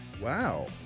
Wow